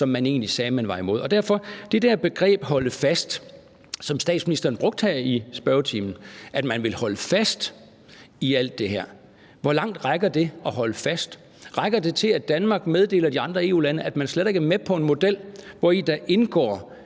som man egentlig sagde at man var imod. Så derfor vil jeg med hensyn til det der begreb om at holde fast, som statsministeren brugte her i spørgetimen, altså at man vil holde fast i alt det her, spørge: Hvor langt rækker det at holde fast? Rækker det til, at Danmark meddeler de andre EU-lande, at man slet ikke er med på en model, hvori der blandt